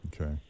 Okay